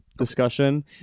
Discussion